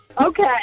Okay